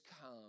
come